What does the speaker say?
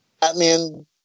Batman